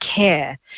care